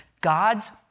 God's